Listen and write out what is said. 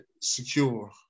secure